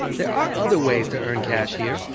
there are other ways to earn cash here.